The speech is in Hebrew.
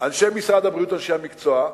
אנשי משרד הבריאות, אנשי המקצוע,